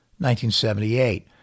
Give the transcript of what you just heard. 1978